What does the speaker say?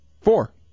four